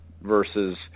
versus